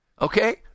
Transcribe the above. okay